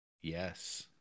Yes